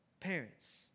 Parents